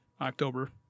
October